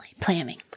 planning